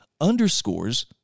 underscores